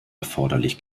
erforderlich